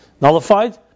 nullified